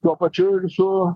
tuo pačiu ir su